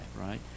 right